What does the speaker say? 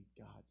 God's